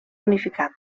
unificat